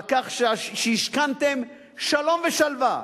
על כך שהשכנתם שלום ושלווה.